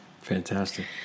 Fantastic